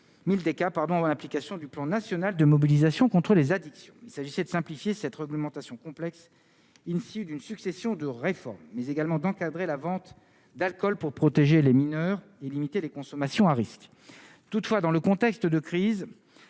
mi-délicat. 1000 pardon l'application du plan national de mobilisation contre les addictions, il s'agissait de simplifier cette réglementation complexe issu d'une succession de réformes mais également d'encadrer la vente d'alcool pour protéger les mineurs et limiter les consommations à risques toutefois dans le contexte de crise